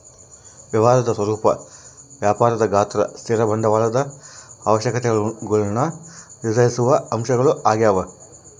ವ್ಯವಹಾರದ ಸ್ವರೂಪ ವ್ಯಾಪಾರದ ಗಾತ್ರ ಸ್ಥಿರ ಬಂಡವಾಳದ ಅವಶ್ಯಕತೆಗುಳ್ನ ನಿರ್ಧರಿಸುವ ಅಂಶಗಳು ಆಗ್ಯವ